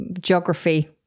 Geography